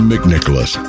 McNicholas